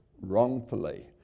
wrongfully